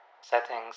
settings